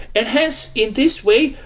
and hence, in this way,